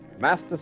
master